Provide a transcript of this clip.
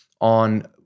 on